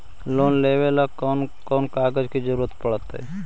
Loan लेबे ल कैन कौन कागज के जरुरत पड़ है?